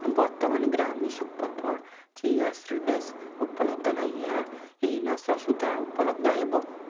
ବର୍ତ୍ତମାନ ଗ୍ରାମି superfood chia seeds ଉପଲବ୍ଧ ନାହିଁ ଏହା ଏହି ମାସ ସୁଦ୍ଧା ଉପଲବ୍ଧ ହେବ